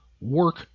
work